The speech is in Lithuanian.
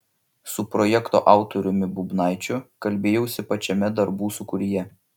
su projekto autoriumi bubnaičiu kalbėjausi pačiame darbų sūkuryje